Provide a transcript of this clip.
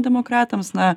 demokratams na